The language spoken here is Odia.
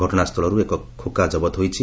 ଘଟଣାସ୍ସୁଳର୍ ଏକ ଖୋକା ଜବତ ହୋଇଛି